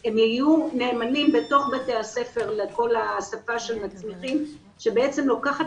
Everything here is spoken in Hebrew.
הם יהיו נאמנים בתוך בתי הספר לכל השפה שבעצם לוקחת